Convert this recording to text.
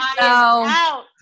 no